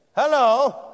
Hello